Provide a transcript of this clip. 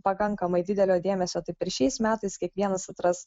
pakankamai didelio dėmesio taip ir šiais metais kiekvienas atras